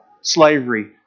slavery